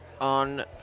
on